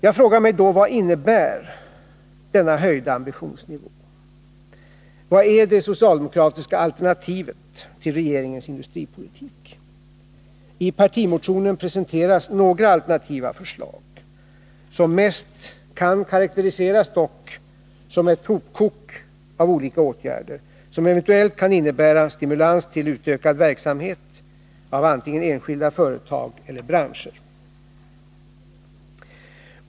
Jag frågar mig då: Vad innebär denna höjda ambitionsnivå? Vad är det socialdemokratiska alternativet till regeringens industripolitik? I partimotionen presenteras några alternativa förslag. De kan dock karakteriseras som ett hopkok av olika åtgärder som eventuellt kan innebära en stimulans till utökad verksamhet i antingen enskilda företag eller branscher.